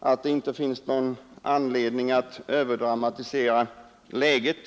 att det inte finns någon anledning att överdramatisera läget.